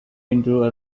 into